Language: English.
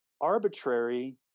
arbitrary